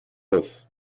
muss